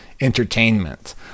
entertainment